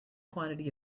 quantity